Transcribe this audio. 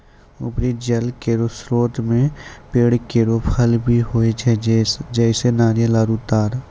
उपरी जल केरो स्रोत म पेड़ केरो फल भी होय छै, जैसें नारियल आरु तार